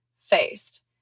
faced